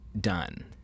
Done